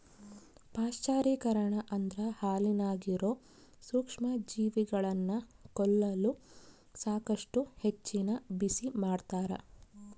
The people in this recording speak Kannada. ಪಾಶ್ಚರೀಕರಣ ಅಂದ್ರ ಹಾಲಿನಾಗಿರೋ ಸೂಕ್ಷ್ಮಜೀವಿಗಳನ್ನ ಕೊಲ್ಲಲು ಸಾಕಷ್ಟು ಹೆಚ್ಚಿನ ಬಿಸಿಮಾಡ್ತಾರ